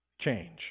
change